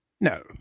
No